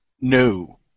No